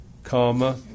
karma